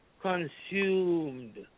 consumed